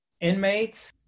inmates